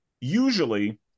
usually